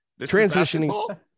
transitioning